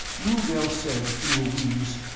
rugel said through a wheeze,